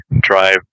drive